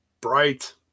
Bright